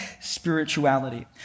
spirituality